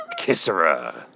Kissera